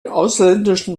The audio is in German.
ausländischen